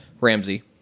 Ramsey